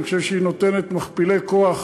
אני חושב שהיא נותנת מכפילי כוח